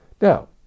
Now